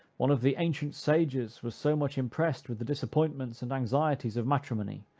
one of the ancient sages was so much impressed with the disappointments and anxieties of matrimony,